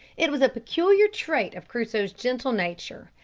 it was a peculiar trait of crusoe's gentle nature,